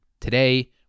today